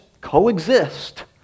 coexist